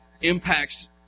impacts